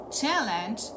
Challenge